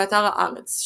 באתר הארץ,